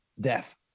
deaf